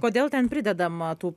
kodėl ten pridedama tų